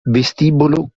vestibolo